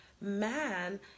man